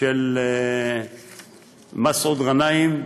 של מסעוד גנאים,